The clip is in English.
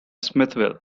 smithville